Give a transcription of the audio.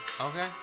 Okay